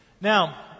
Now